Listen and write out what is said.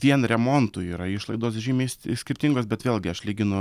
vien remontui yra išlaidos žymiai skirtingos bet vėlgi aš lyginu